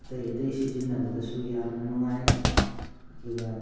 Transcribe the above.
ꯑꯇꯩ ꯑꯇꯩ ꯁꯤꯖꯤꯟꯅꯕꯗꯁꯨ ꯌꯥꯝꯅ ꯅꯨꯡꯉꯥꯏ ꯑꯗꯨꯒ